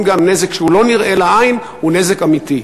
הנזק לא נראה לעין הוא נזק אמיתי.